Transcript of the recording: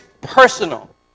personal